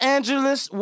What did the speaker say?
Angeles